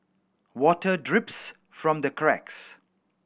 water drips from the cracks